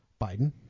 biden